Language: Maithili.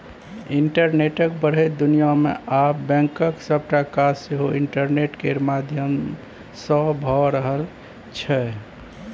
इंटरनेटक बढ़ैत दुनियाँ मे आब बैंकक सबटा काज सेहो इंटरनेट केर माध्यमसँ भए रहल छै